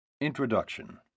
Introduction